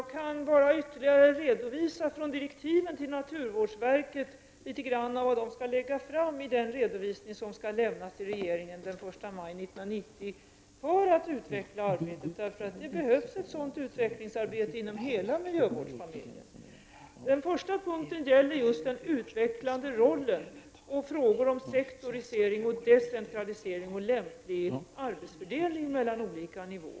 Herr talman! Jag kan bara redovisa ytterligare litet grand av vad naturvårdsverket enligt direktiven skall lägga fram i den redovisning som skall göras för att utveckla arbetet och som skall lämnas till regeringen den 1 maj 1990. Det behövs ett sådant utvecklingsarbete inom hela miljövårdsfamiljen. Den första punkten gäller just den utvecklande rollen och frågor om sektorisering, decentralisering och lämplig arbetsfördelning mellan olika nivåer.